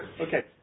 okay